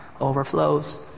overflows